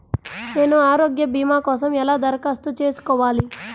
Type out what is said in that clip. నేను ఆరోగ్య భీమా కోసం ఎలా దరఖాస్తు చేసుకోవాలి?